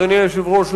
אדוני היושב-ראש,